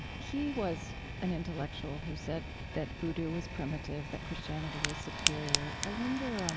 he was an intellectual who said that voodoo was primitive, that christianity was superior. i wonder um